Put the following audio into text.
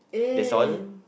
that's all